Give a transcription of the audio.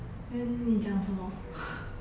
then 你讲什么